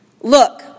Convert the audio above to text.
look